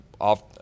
off